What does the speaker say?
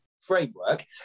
framework